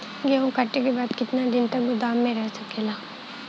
गेहूँ कांटे के बाद कितना दिन तक गोदाम में रह सकेला?